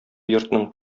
йортның